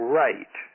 right